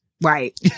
Right